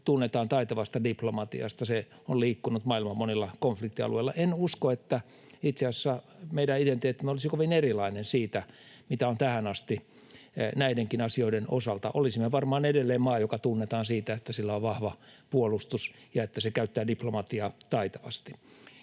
tunnetaan taitavasta diplomatiasta, se on liikkunut maailman monilla konfliktialueilla, en usko, että itse asiassa meidän identiteettimme olisi kovin erilainen siitä, mitä on tähän asti näidenkin asioiden osalta ollut. Olisimme varmaan edelleen maa, joka tunnetaan siitä, että sillä on vahva puolustus ja että se käyttää diplomatiaa taitavasti.